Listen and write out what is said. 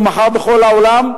ומחר בכל העולם,